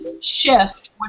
shift